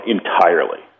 entirely